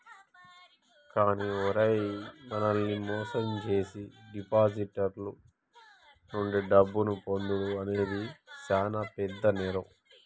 కానీ ఓరై మనల్ని మోసం జేసీ డిపాజిటర్ల నుండి డబ్బును పొందుడు అనేది సాన పెద్ద నేరం